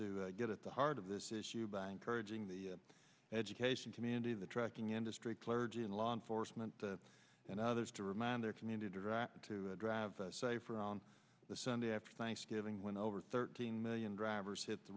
to get at the heart of this issue by encouraging the education community the trucking industry clergy and law enforcement and others to remind their community to drive safer on the sunday after thanksgiving when over thirteen million drivers hit the